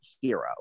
hero